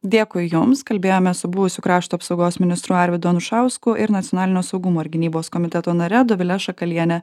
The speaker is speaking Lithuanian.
dėkui jums kalbėjome su buvusiu krašto apsaugos ministru arvydu anušausku ir nacionalinio saugumo ir gynybos komiteto nare dovile šakaliene